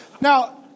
Now